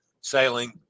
sailing